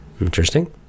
Interesting